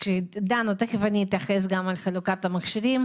תיכף אתייחס גם לחלוקת המכשירים